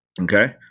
Okay